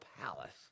palace